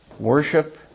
worship